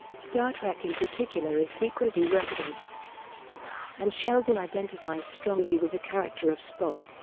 star trek in particular is frequently referenced and sheldon identifies strongly with the character of spock,